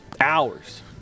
hours